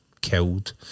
killed